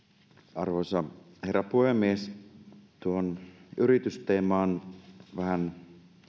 arvoisa herra puhemies tuohon yritysteeman vähän